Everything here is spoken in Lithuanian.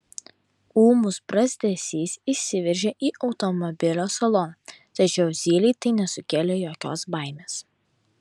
ūmus brazdesys įsiveržė į automobilio saloną tačiau zylei tai nesukėlė jokios baimės